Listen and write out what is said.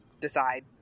decide